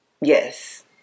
Yes